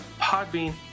Podbean